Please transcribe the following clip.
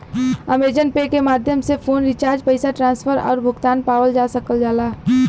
Amazon Pay के माध्यम से फ़ोन रिचार्ज पैसा ट्रांसफर आउर भुगतान पावल जा सकल जाला